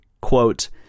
quote